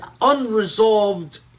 unresolved